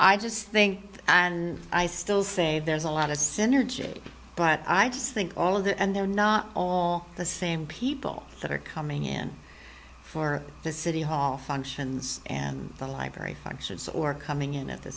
i just think and i still say there's a lot of energy but i just think all of that and they're not all the same people that are coming in for the city hall functions and the library functions or coming in at the